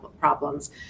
problems